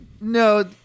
No